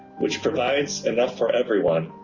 which provides enough for everyone,